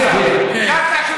קרקע,